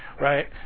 right